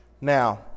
Now